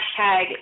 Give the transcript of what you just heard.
hashtag